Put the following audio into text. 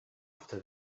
after